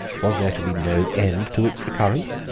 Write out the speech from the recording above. was there to be no end to its recurrence?